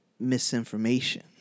misinformation